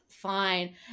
Fine